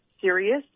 serious